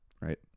right